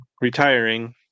retiring